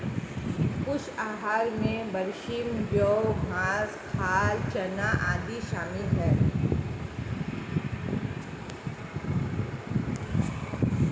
पशु आहार में बरसीम जौं घास खाल चना आदि शामिल है